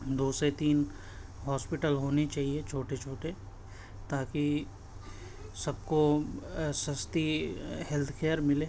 دو سے تین ہاسپیٹل ہونے چاہیے چھوٹے چھوٹے تا کہ سب کو سستی ہیلتھ کیئر ملے